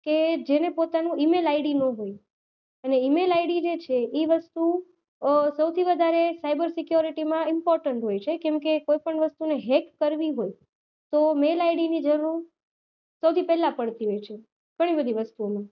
કે જેને પોતાનું ઈમેલ આઈડી નો હોય અને ઈમેલ આઈડી જે છે એ વસ્તુ સૌથી વધારે સાઈબર સિક્યોરિટીમાં ઇમ્પોટન્ટ હોય છે કેમકે કોઈપણ વસ્તુને હેક કરવી હોય તો મેલ આઇડીની જરૂર સૌથી પહેલા પડતી હોય છે ઘણી બધી વસ્તુઓમાં